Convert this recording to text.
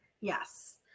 Yes